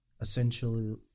essentially